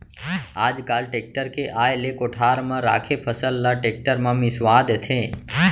आज काल टेक्टर के आए ले कोठार म राखे फसल ल टेक्टर म मिंसवा देथे